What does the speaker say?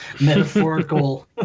metaphorical